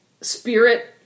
spirit